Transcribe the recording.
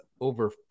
over